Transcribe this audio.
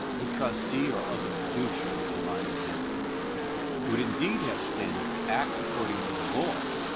the trustee or other fiduciary in my example would indeed have standing to act according to the law,